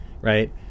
right